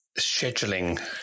scheduling